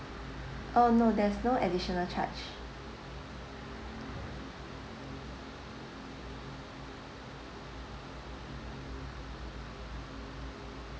uh no there's no additional charge